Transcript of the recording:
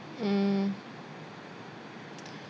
mm